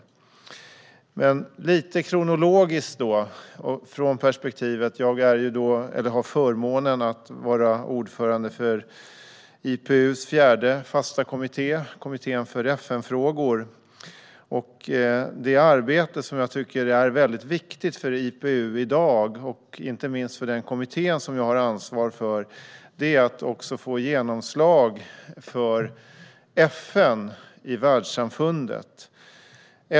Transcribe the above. Jag ska titta lite mer på vad som har hänt kronologiskt och utifrån mitt perspektiv. Jag har förmånen att vara ordförande för IPU:s fjärde fasta kommitté, kommittén för FN-frågor. Det arbete som jag tycker är viktigt för IPU i dag, inte minst för den kommitté som jag har ansvar för, är att få genomslag för FN i världssamfundet.